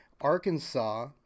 Arkansas